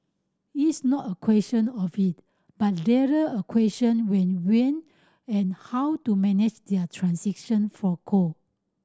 it's not a question of it but rather a question when we and how to manage their transition for coal